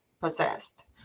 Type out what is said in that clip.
possessed